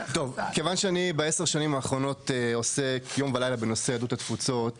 כיון שבעשר השנים האחרונות אני עוסק יום ולילה בנושא יהדות התפוצות,